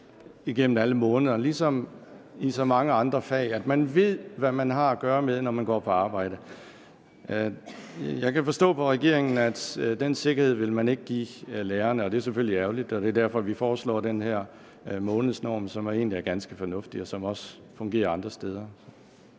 igennem alle månederne, ligesom der er i så mange andre fag, altså at man ved, hvad man har at gøre med, når man går på arbejde. Jeg kan forstå på regeringen, at den sikkerhed vil man ikke give lærerne, og det er selvfølgelig ærgerligt, og det er derfor, vi foreslår den her månedsnorm, som egentlig er ganske fornuftig, og som også fungerer andre steder.